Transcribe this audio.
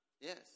Yes